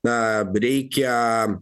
na reikia